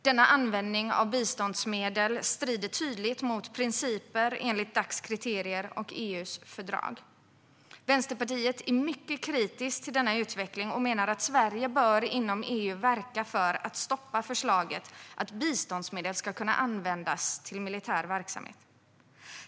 Denna användning av biståndsmedel strider tydligt mot principer enligt Dacs kriterier och EU:s fördrag. Vänsterpartiet är mycket kritiskt till denna utveckling och menar att Sverige inom EU bör verka för att stoppa förslaget att biståndsmedel ska kunna användas till militär verksamhet.